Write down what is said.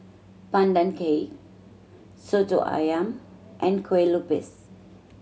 Pandan Cake Soto Ayam and kue lupis